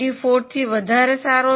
24 થી વધારે સારું છે